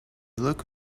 look